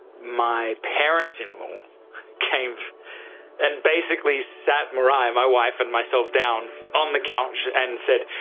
my parents-in-law came and basically sat mariah, my wife and myself down on the couch and said,